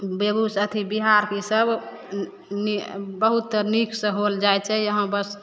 बेगुस अथी बिहारके इसब बहुत नीकसे होल जाइ छै यहाँ बस